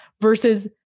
versus